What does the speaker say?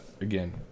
again